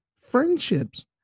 friendships